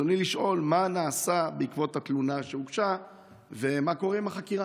רצוני לשאול: מה נעשה בעקבות התלונה שהוגשה ומה קורה עם החקירה?